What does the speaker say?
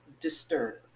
disturbed